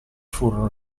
furono